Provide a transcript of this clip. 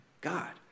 God